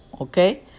okay